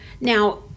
now